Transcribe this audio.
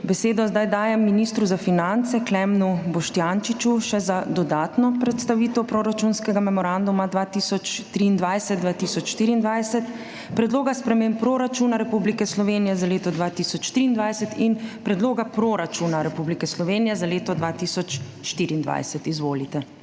Besedo zdaj dajem ministru za finance, Klemnu Boštjančiču, še za dodatno predstavitev proračunskega memoranduma 2023, 2024, Predloga sprememb proračuna Republike Slovenije za leto 2023 in Predloga proračuna Republike Slovenije za leto 2024. Izvolite.